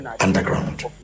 underground